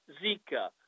Zika